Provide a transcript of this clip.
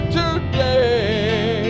today